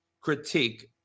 critique